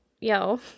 yo